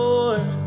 Lord